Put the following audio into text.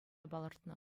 палӑртнӑ